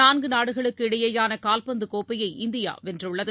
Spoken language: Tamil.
நான்கு நாடுகளுக்கு இடையேயான கால்பந்து கோப்பையை இந்தியா வென்றுள்ளது